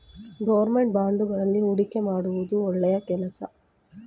government ಬಾಂಡುಗಳಲ್ಲಿ ಹೂಡಿಕೆ ಮಾಡುವುದು ಒಳ್ಳೆಯ ಕೆಲಸ